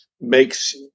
makes